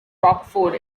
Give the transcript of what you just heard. rockford